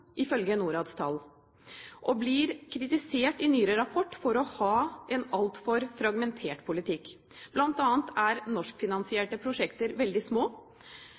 ifølge Norads tall, og blir kritisert i nyere rapport for å ha en altfor fragmentert politikk. Blant annet er norskfinansierte prosjekter veldig små